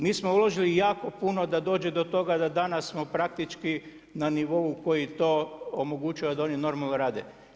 Mi smo uložili jako puno da dođe do toga da danas smo praktički na nivou koji to omogućuje da oni normalno rade.